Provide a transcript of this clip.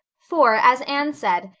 for, as anne said,